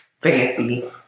fancy